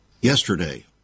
Yesterday